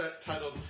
titled